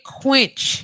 quench